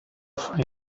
for